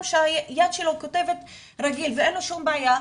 שהיד שלו כותבת רגיל ואין לו שום בעיה,